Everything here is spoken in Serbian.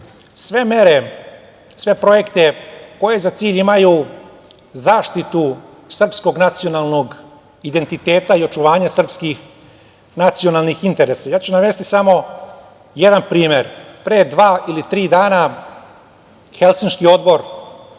sve mere, sve projekte koji za cilj imaju zaštitu srpskog nacionalnog identiteta i očuvanja nacionalnih interesa. Navešću samo jedan primer, pre dva ili tri dana, Helsinški odbor